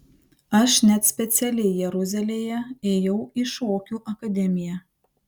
aš net specialiai jeruzalėje ėjau į šokių akademiją